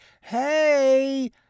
hey